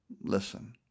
Listen